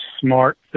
smart